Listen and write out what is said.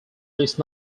least